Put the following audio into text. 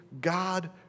God